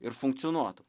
ir funkcionuotų